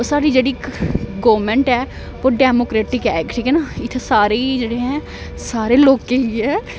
ओह् साढ़ी जेह्ड़ी गौरमेंट ऐ ओह् डैमोक्रेटिक ऐ ठीक ऐ ना इत्थें सारे जेह्ड़े ऐ सारे लोकें गी ऐ